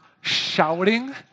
shouting